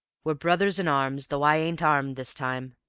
we're brothers in arms, though i ain't armed this time.